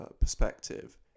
perspective